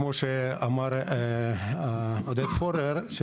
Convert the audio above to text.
כמו שאמר עודד פורר,